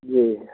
जी